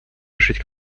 решить